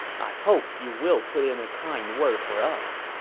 i hope you will put in a kind word for us.